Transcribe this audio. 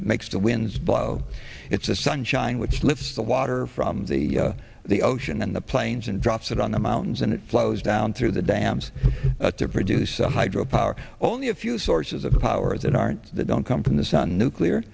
that makes the winds blow it's the sunshine which lifts the water from the the ocean in the plains and drops it on the mountains and it flows down through the dams to produce a hydro power only a few sources of power that aren't that don't come from the sun nuclear